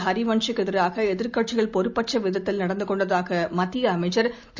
ஹரிவன்ஷ்க்கு எதிராக எதிர்க்கட்சிகள் பொறுப்பற்ற விதத்தில் நடந்து கொண்டதாக மத்திய அமைச்சர் திரு